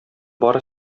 бары